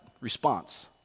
response